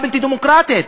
הבלתי-דמוקרטית?